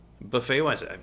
buffet-wise